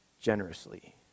generously